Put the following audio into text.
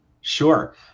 Sure